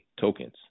tokens